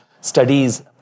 studies